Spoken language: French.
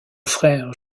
frère